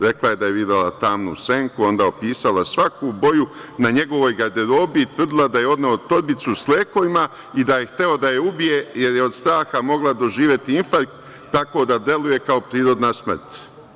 Rekla je da je videla tamnu senku a onda je opisala svaku boju na njegovoj garderobi i tvrdila da je odneo torbicu s lekovima i da je hteo da je ubije, jer je od straha mogla doživeti infarkt, tako da deluje kao prirodna smrt.